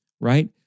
right